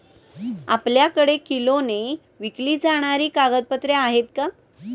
आपल्याकडे किलोने विकली जाणारी कागदपत्रे आहेत का?